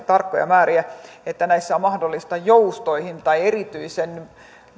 tarkkoja määriä että tässä on mahdollisuus joustoihin tai erityisen